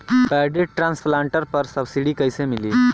Paddy transplanter पर subsidy कैसे मिली?